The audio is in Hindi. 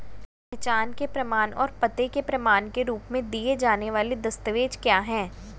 पहचान के प्रमाण और पते के प्रमाण के रूप में दिए जाने वाले दस्तावेज क्या हैं?